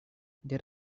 there